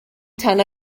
tan